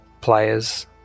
players